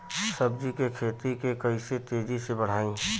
सब्जी के खेती के कइसे तेजी से बढ़ाई?